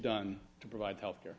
done to provide health care